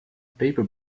paper